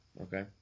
Okay